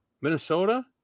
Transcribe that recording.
Minnesota